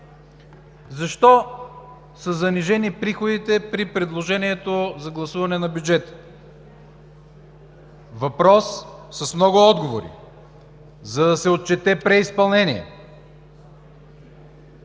Защо са занижени приходите при предложението за гласуване на бюджета? Въпрос с много отговори: за да се отчете преизпълнение,